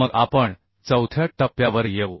मग आपण चौथ्या टप्प्यावर येऊ